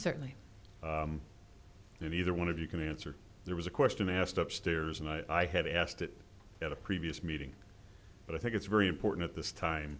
certainly either one of you can answer there was a question asked upstairs and i had asked it at a previous meeting but i think it's very important at this time